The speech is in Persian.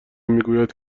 میگوید